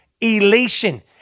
elation